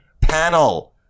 panel